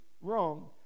wrong